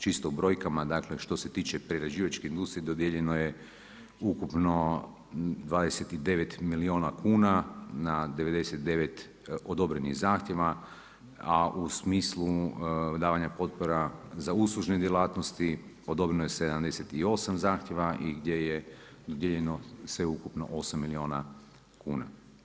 Čisto u brojkama dakle što se tiče prerađivačke industrije dodijeljeno je ukupno 29 milijuna kuna na 99 odobrenih zahtjeva, a u smislu davanja potpora za uslužne djelatnosti odobreno je 78 zahtjeva i gdje je dodijeljeno sve ukupno 8 milijuna kuna.